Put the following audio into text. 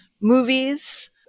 movies